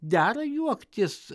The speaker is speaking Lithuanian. dera juoktis